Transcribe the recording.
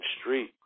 street